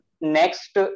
next